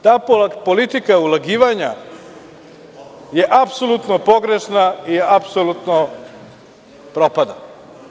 Ta politika ulagivanja je apsolutno pogrešna i apsolutno propada.